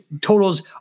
totals